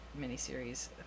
miniseries